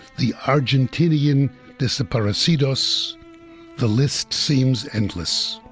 the argentinean desaparecidos the list seems endless